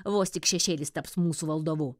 vos tik šešėlis taps mūsų valdovu